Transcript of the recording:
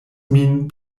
min